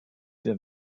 der